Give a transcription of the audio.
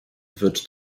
wird